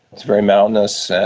it's very mountainous,